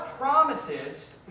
promises